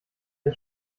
der